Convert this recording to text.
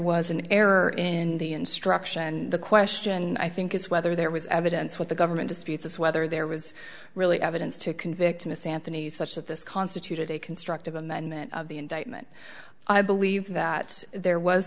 was an error in the instruction and the question i think is whether there was evidence what the government disputes is whether there was really evidence to convict miss anthony's such of this constituted a constructive amendment of the indictment i believe that there was